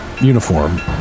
uniform